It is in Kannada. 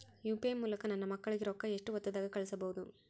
ಯು.ಪಿ.ಐ ಮೂಲಕ ನನ್ನ ಮಕ್ಕಳಿಗ ರೊಕ್ಕ ಎಷ್ಟ ಹೊತ್ತದಾಗ ಕಳಸಬಹುದು?